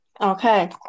Okay